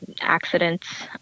accidents